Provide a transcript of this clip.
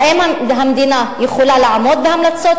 האם המדינה יכולה לעמוד בהמלצות,